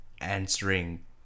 answering